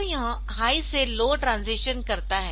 तो यह हाई से लो ट्रांजीशन करता है